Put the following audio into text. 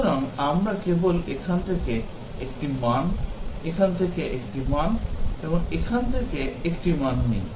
সুতরাং আমরা কেবল এখান থেকে 1 টি মান এখান থেকে 1 টি মান এখান থেকে 1 টি মান নিই